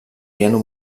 piano